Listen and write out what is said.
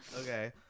okay